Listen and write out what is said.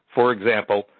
for example,